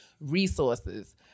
resources